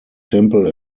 simple